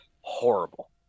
horrible